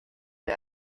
der